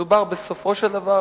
בסופו של דבר